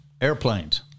airplanes